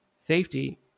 Safety